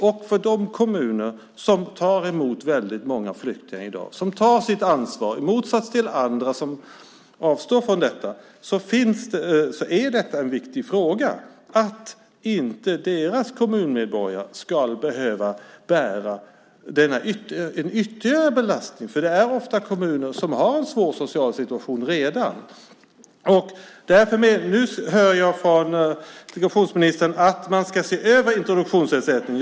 Det finns kommuner som i dag tar emot väldigt många flyktingar och tar sitt ansvar, i motsats till andra som avstår från detta. Det är en viktig fråga att inte deras kommunmedborgare ska behöva få en ytterligare belastning. Det här gäller ju ofta kommuner som har en svår social situation redan. Nu hör jag från integrationsministern att man ska se över introduktionsersättningen.